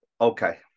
okay